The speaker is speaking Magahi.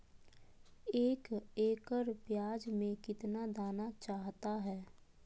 एक एकड़ प्याज में कितना दाना चाहता है?